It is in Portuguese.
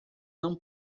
não